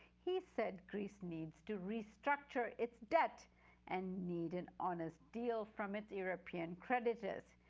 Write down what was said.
he said greece needs to restructure its debt and needs an honest deal from its european creditors.